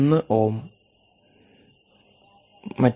1 ഓം മറ്റും